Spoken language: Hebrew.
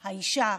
האישה: